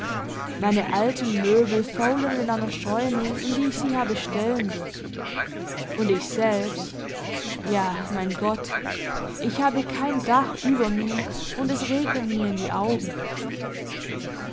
meine alten möbel faulen in einer scheune in die ich sie habe stellen dürfen und ich selbst ja mein gott ich habe kein dach über mir und es regnet mir in die augen